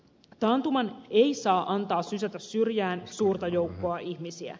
taantuman ei saa antaa sysätä syrjään suurta joukkoa ihmisiä